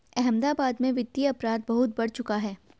अहमदाबाद में वित्तीय अपराध बहुत बढ़ चुका है